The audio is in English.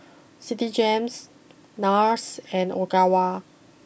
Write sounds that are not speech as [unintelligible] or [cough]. Citigem [unintelligible] Nars and Ogawa